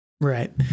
right